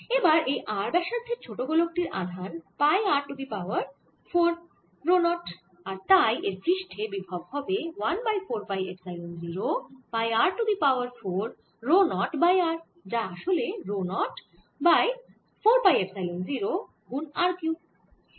এবার এই r ব্যাসার্ধের ছোট গোলক টির আধান pi r to the power 4 rho 0 আর তাই এর পৃষ্ঠে বিভব হবে 1 by 4 pi epsilon 0 pi r to the power 4 rho 0 by r যা আসলে রো 0 বাই 4 পাই এপসাইলন 0 গুন r কিউব